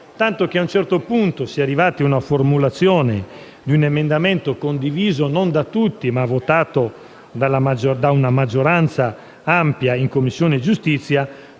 tanto che ad un certo punto si è arrivati alla formulazione di un emendamento condiviso non da tutti, ma votato da una maggioranza ampia in Commissione giustizia,